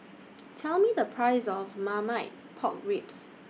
Tell Me The Price of Marmite Pork Ribs